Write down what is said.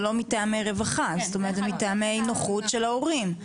זה לא מטעמי רווחה אלא מטעמי נוחות של ההורים.